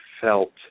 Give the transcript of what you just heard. felt